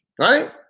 Right